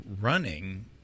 running